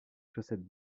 chaussettes